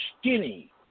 skinny